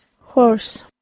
Horse